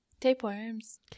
tapeworms